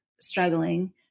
struggling